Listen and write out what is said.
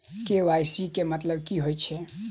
KYC केँ मतलब की होइ छै?